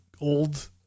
old